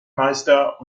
meister